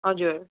हजुर